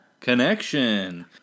Connection